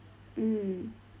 mm